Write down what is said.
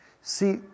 See